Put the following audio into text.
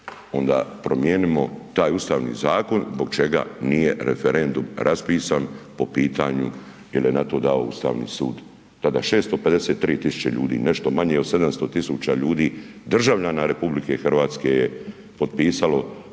onda promijenimo taj ustavni zakon zbog čega nije referendum raspisan po pitanju jel je na to dao Ustavni sud da ga 653.000 ljudi nešto manje od 700.000 ljudi, državljana RH je potpisalo